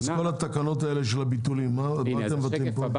אז כל התקנות האלה של ביטולים מה אתם מבטלים פה?